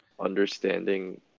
understanding